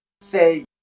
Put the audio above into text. say